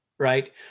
Right